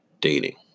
dating